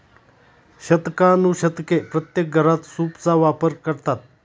शतकानुशतके प्रत्येक घरात सूपचा वापर करतात